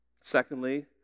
Secondly